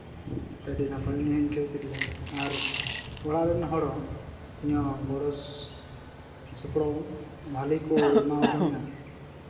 ᱟᱹᱰᱤ ᱱᱟᱯᱟᱭ ᱩᱱᱤ ᱦᱚᱸᱧ ᱟᱹᱭᱠᱟᱹᱣ ᱠᱮᱫᱮᱭᱟ ᱟᱨ ᱚᱲᱟᱜ ᱨᱮᱱ ᱦᱚᱲ ᱦᱚᱸ ᱤᱧ ᱦᱚᱸ ᱜᱚᱲᱚ ᱥᱚᱯᱲᱚ ᱵᱷᱟᱹᱞᱤ ᱠᱚ ᱮᱢᱟᱣᱫᱤᱧᱟ